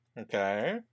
Okay